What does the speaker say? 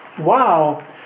Wow